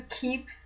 keep